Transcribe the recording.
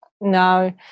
no